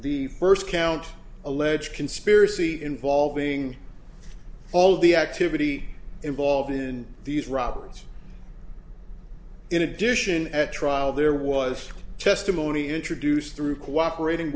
the first count alleged conspiracy involving all the activity involved in these robert's in addition at trial there was testimony introduced through cooperating